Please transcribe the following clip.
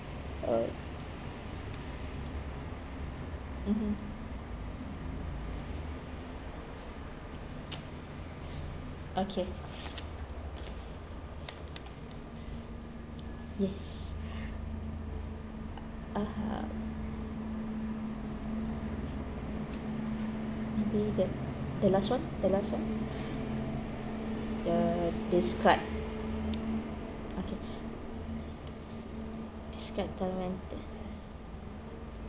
uh mmhmm okay yes (uh huh) maybe that the last one the last one the describe okay describe the moment that